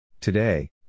Today